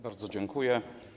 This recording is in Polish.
Bardzo dziękuję.